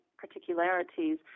particularities